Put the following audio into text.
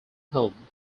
home